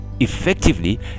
effectively